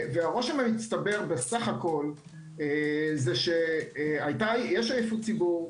הרושם המצטבר בסך הכול זה שיש עייפות ציבור,